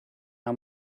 how